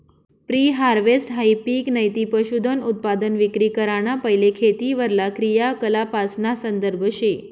pre हारवेस्टहाई पिक नैते पशुधनउत्पादन विक्री कराना पैले खेतीवरला क्रियाकलापासना संदर्भ शे